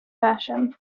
passion